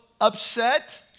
upset